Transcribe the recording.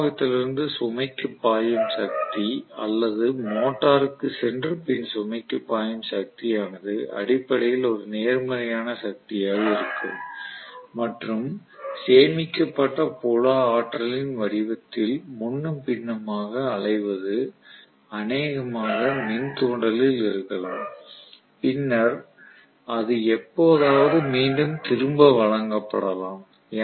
விநியோகத்திலிருந்து சுமைக்கு பாயும் சக்தி அல்லது மோட்டாருக்கு சென்று பின் சுமைக்கு பாயும் சக்தியானது அடிப்படையில் ஒரு நேர்மறையான சக்தியாக இருக்கும் மற்றும் சேமிக்கப்பட்ட புல ஆற்றலின் வடிவத்தில் முன்னும் பின்னுமாக அலைவது அநேகமாக மின்தூண்டலில் இருக்கலாம் பின்னர் அது எப்போதாவது மீண்டும் திரும்ப வழங்கப்படலாம்